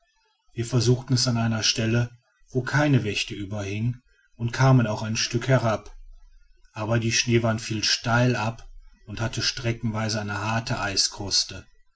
wir versuchten es an einer stelle wo keine wächte überhing und kamen auch ein stück herab aber die schneewand fiel steil ab und hatte streckenweise eine harte eiskruste